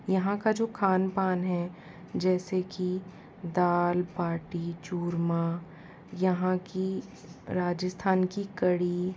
यहाँ का जो खान पान हैं जैसे की दाल बाटी चूरमा यहाँ की राजस्थान की कढ़ी